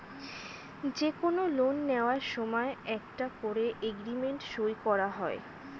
যে কোনো লোন নেয়ার সময় একটা করে এগ্রিমেন্ট সই করা হয়